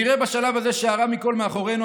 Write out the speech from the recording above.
נראה בשלב הזה שהרע מכול מאחורינו,